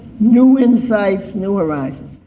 new insights, new horizons.